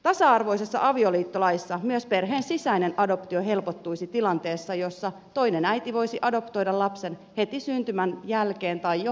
tasa arvoisessa avioliittolaissa myös perheen sisäinen adoptio helpottuisi tilanteessa jossa toinen äiti voisi adoptoida lapsen heti syntymän jälkeen tai jo raskausaikana